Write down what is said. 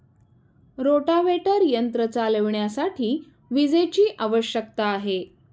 rotavator यंत्र चालविण्यासाठी विजेची आवश्यकता आहे